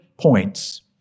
points